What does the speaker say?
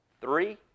Three